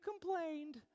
complained